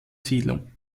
siedlung